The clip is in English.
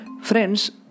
Friends